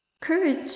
courage